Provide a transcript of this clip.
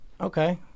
Okay